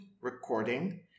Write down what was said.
recording